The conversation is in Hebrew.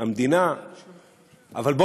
הוא סיפור עגום במה שקשור לכספי המדינה.